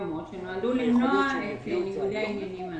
מסוימות שנועדו למנוע את ניגודי העניינים האלה.